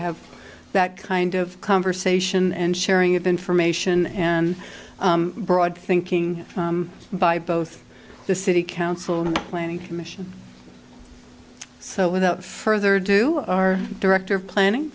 have that kind of conversation and sharing of information and broad thinking by both the city council planning commission so without further ado our director of planning